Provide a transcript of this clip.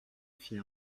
fit